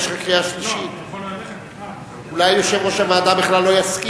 סעיפים 1 2 נתקבלו.